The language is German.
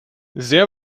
sehr